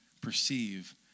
perceive